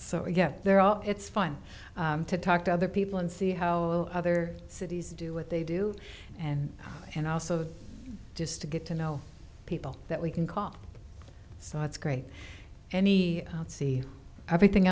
so yeah there are it's fun to talk to other people and see how other cities do what they do and and also just to get to know people that we can call so it's great and he got see everything